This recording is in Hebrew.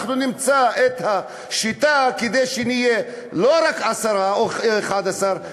אנחנו נמצא את השיטה כדי שנהיה לא רק עשרה או 11,